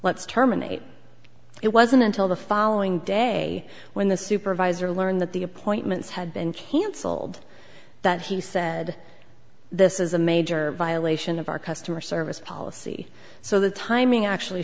let's terminate it wasn't until the following day when the supervisor learned that the appointments had been cancelled that he said this is a major violation of our customer service policy so the timing actually